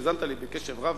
האזנת לי בקשב רב,